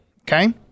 Okay